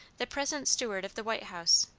the present steward of the white house,